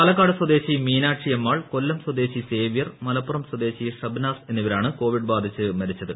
പാലക്കാട് സ്വദേശി മീനാക്ഷിയമ്മാൾ കൊല്ലം സ്വദേശി സേവൃർ മലപ്പുറം സ്വദേശി ഷബ്നാസ് എന്നിവരാണ് കോവിഡ് ബാധിച്ചത് മരിച്ചത്